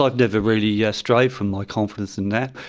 i've never really yeah strayed from my confidence in that.